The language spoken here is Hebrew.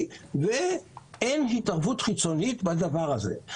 ואין התערבות חיצונית בדבר הזה.